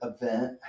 event